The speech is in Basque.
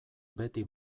beti